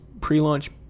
pre-launch